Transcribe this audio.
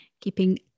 keeping